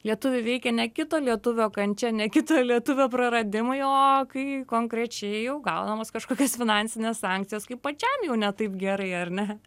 lietuvį veikia ne kito lietuvio kančia ne kito lietuvio praradimai o kai konkrečiai jau gaunamos kažkokios finansinės sankcijos kai pačiam jau ne taip gerai ar ne